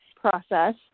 process